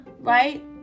right